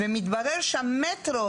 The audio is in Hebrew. ומתברר שהמטרו,